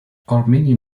armenian